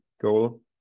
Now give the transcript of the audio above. goal